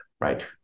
Right